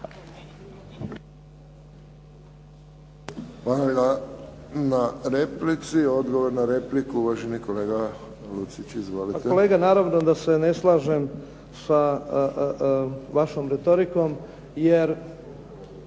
Hvala na replici. Odgovor na repliku, uvaženi kolega Lucić. Izvolite. **Lucić, Franjo (HDZ)** Pa kolega, naravno da se ne slažem sa vašom retorikom. Jer